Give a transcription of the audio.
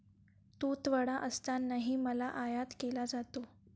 तुटवडा असतानाही माल आयात केला जातो